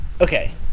okay